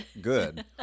good